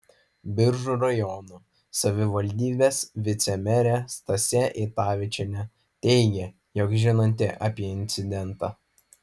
biržų rajono savivaldybės vicemerė stasė eitavičienė teigė jog žinanti apie incidentą